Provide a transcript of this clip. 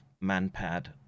man-pad